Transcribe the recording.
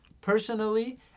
personally